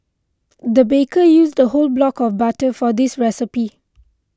the baker used a whole block of butter for this recipe